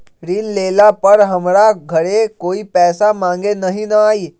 ऋण लेला पर हमरा घरे कोई पैसा मांगे नहीं न आई?